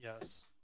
Yes